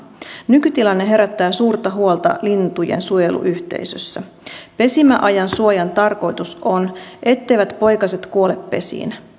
nykytilanne herättää suurta huolta lintujen suojeluyhteisössä pesimäajan suojan tarkoitus on etteivät poikaset kuole pesiin